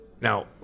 Now